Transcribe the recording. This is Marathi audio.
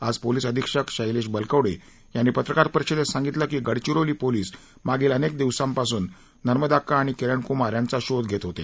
आज पोलिस अधीक्षक शैलेश बलकवडे यांनी पत्रकार परिषदेत सांगितले की गडचिरोली पोलिस मागील अनेक दिवसांपासून नर्मदाक्का आणि किरणकुमार यांचा शोध घेत होते